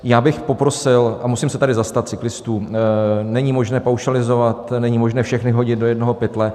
Já bych poprosil a musím se tady zastat cyklistů: Není možné paušalizovat, není možné všechny hodit do jednoho pytle.